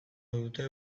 dute